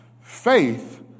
Faith